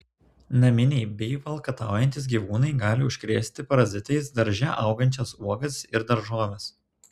naminiai bei valkataujantys gyvūnai gali užkrėsti parazitais darže augančias uogas ir daržoves